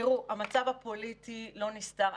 המצב הפוליטי לא נסתר.